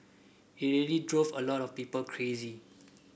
it really drove a lot of people crazy